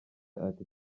ati